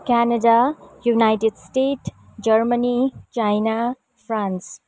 Canada United State Germany China France